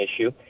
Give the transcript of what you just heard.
issue